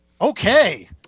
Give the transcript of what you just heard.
Okay